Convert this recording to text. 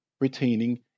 retaining